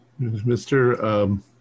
Mr